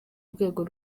rwego